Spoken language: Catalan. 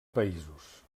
països